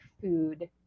food